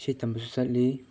ꯏꯁꯩ ꯇꯝꯕꯁꯨ ꯆꯠꯂꯤ